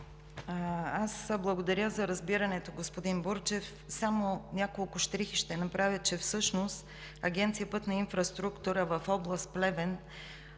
Аз благодаря за разбирането. Господин Бурджев, само няколко щрихи ще направя, че всъщност Агенция „Пътна инфраструктура“ в област Плевен